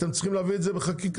אתם צריכים להביא את זה בחקיקה.